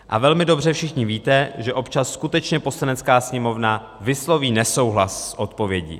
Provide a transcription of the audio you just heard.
A velmi dobře všichni víte, že občas skutečně Poslanecká sněmovna vysloví nesouhlas s odpovědí.